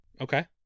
Okay